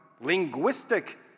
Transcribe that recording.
linguistic